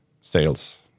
sales